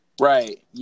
Right